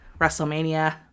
WrestleMania